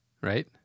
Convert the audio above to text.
right